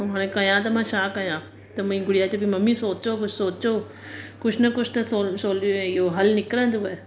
अऊं हाणे कया त मां छा कया त मुंजी गुड़िया चई पई मम्मी सोचो कुछ सोचो कुछ न कुछ त सोल सोल इयो हल निकरंदव